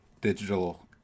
digital